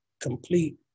complete